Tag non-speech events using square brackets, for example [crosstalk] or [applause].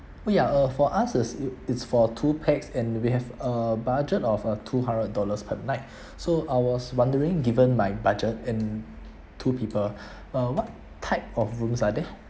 ya uh for us is it's for two pax and we have a budget of a two hundred dollars per night [breath] so I was wondering given my budget and two people [breath] uh what type of rooms are there